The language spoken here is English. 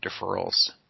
deferrals